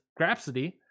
grapsity